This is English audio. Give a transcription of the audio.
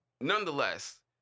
nonetheless